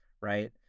right